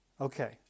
Okay